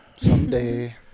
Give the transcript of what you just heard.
Someday